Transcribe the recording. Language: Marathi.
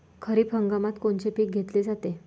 खरिप हंगामात कोनचे पिकं घेतले जाते?